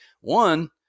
one